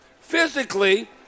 physically –